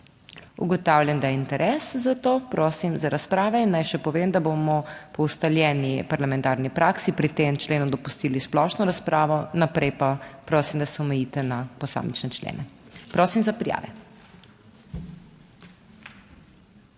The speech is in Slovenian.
Ugotavljam, da je interes, zato prosim za razpravo. In naj še povem, da bomo po ustaljeni parlamentarni praksi pri tem členu dopustili splošno razpravo. Naprej pa prosim, da se omejite na posamične člene, prosim za prijave.